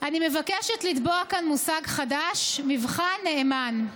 אני מבקשת לטבוע כאן מושג חדש: מבחן נאמן.